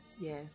yes